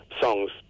songs